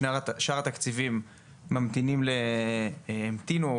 שאר התקציבים ממתינים או המתינו,